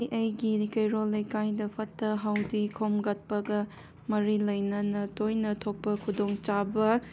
ꯑꯩꯒꯤ ꯀꯩꯔꯣꯏ ꯂꯩꯀꯥꯏꯗ ꯐꯠꯇ ꯍꯥꯎꯗꯤ ꯈꯣꯝꯒꯠꯄꯒ ꯃꯔꯤ ꯂꯩꯅꯅ ꯇꯣꯏꯅ ꯊꯣꯛꯄ ꯈꯨꯗꯣꯡ ꯆꯥꯕ